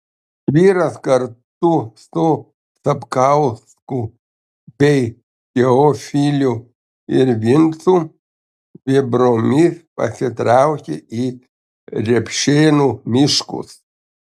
vyras kartu su sapkausku bei teofiliu ir vincu vėbromis pasitraukė į repšėnų miškus